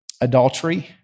Adultery